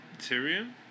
Tyrion